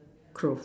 cloth